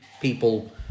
people